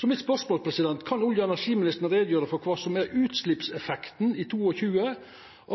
Så mitt spørsmål er: Kan olje- og energiministeren gjera greie for kva som er utsleppseffekten i 2022